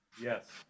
Yes